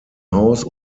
haus